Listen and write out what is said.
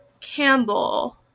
Campbell